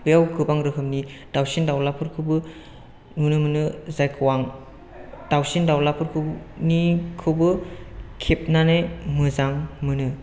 बेयाव गोबां रोखोमनि दावसिन दावलाफोरखौबो नुनो मोनो जायखौ आं दावसिन दावलाफोरखौ खेबनानै मोजां मोनो